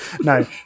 no